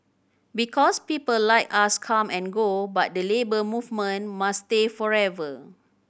because people like us come and go but the Labour Movement must stay forever